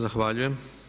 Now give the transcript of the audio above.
Zahvaljujem.